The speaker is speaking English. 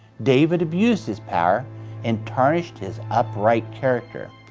david abused his power and tarnished his upright character.